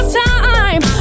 time